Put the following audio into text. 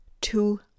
two